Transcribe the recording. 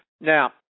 Now